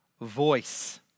voice